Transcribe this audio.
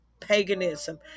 Paganism